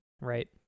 right